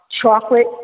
chocolate